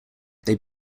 they